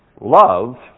Love